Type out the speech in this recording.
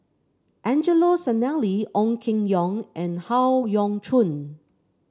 Angelo Sanelli Ong Keng Yong and Howe Yoon Chong